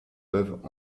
peuvent